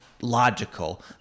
logical